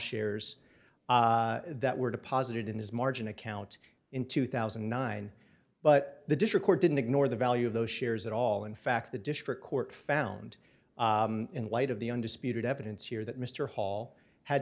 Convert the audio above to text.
shares that were deposited in his margin account in two thousand and nine but the district court didn't ignore the value of those shares at all in fact the district court found in light of the undisputed evidence here that mr hall had